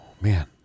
man